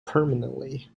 permanently